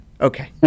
Okay